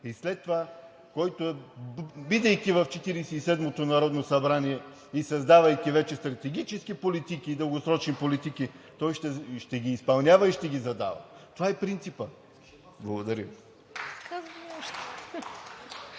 След това, бидейки в 47-мото народно събрание и създавайки вече стратегически дългосрочни политики, той ще ги изпълнява и ще ги задава. Това е принципът. Благодаря